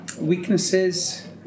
Weaknesses